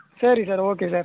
சரி sir okay sir